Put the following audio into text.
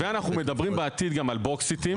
ואנחנו מדברים בעתיד גם עלbox it .